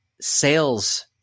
sales